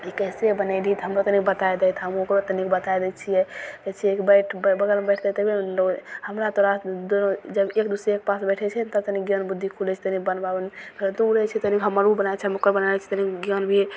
ई कइसे बनेलही तऽ हमरो कनि बताए दहि तऽ हम ओकरो तनि बताय दै छियै कहय छियै कि बैठ बगलमे बैठतय तभिये ने लोग हमरा तोरा दुनू जब एक दुसरे के पास बैठय छियै नहि तऽ तनि ज्ञान बुद्धि खुलय छै तनि बनबाबयमे फेर तू रहय छिही तऽ तनि हमरो बनाय दै छै हम ओकर बनाय दै छियै तनि ज्ञान भी